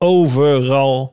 overal